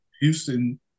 Houston